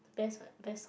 best one best one